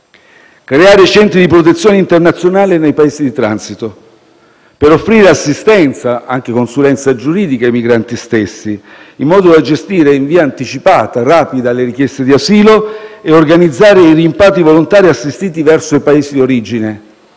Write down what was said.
creare centri di protezione internazionale nei Paesi di transito, per offrire assistenza e consulenza giuridica ai migranti stessi, in modo da gestire in via anticipata e rapida le richieste di asilo e organizzare i rimpatri volontari assistiti verso i Paesi di origine.